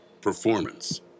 performance